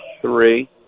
three